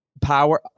power